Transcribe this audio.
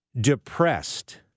Depressed